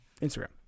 Instagram